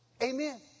Amen